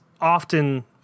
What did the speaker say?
often